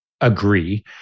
agree